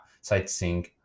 sightseeing